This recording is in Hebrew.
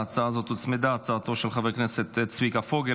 להצעה הזו הוצמדה הצעתו של חבר הכנסת צביקה פוגל,